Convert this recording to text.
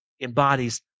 embodies